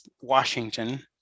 washington